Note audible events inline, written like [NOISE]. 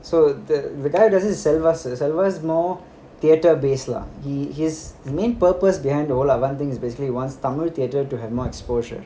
so the the guy doesn't salwars salwars salwars is more theatre based lah he his the main purpose behind [LAUGHS] one thing is basically wants tamil theatre to have more exposure